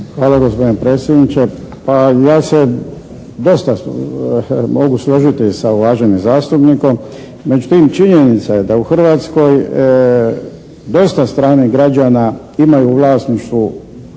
Hvala gospodine predsjedniče. Pa ja se dosta mogu složiti sa uvaženim zastupnikom međutim činjenica je da u Hrvatskoj dosta stranih građana imaju u vlasništvu